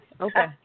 Okay